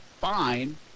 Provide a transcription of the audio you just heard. fine